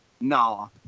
No